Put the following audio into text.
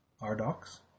R-Docs